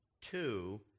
two